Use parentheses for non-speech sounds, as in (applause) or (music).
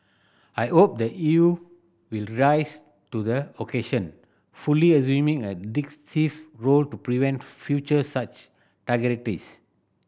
I hope the E U will rise to the occasion fully assuming a (unintelligible) role to prevent future such (unintelligible)